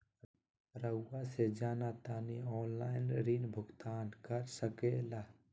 रहुआ से जाना तानी ऑनलाइन ऋण भुगतान कर सके ला?